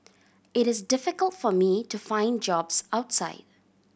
it is difficult for me to find jobs outside